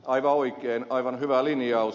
aivan oikein aivan hyvä linjaus